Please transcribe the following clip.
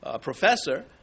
professor